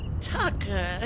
Tucker